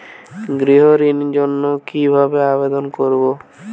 গৃহ ঋণ জন্য কি ভাবে আবেদন করব?